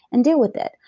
and deal with it.